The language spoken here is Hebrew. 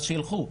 אז שילכו.